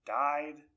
died